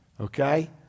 okay